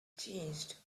changed